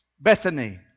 Bethany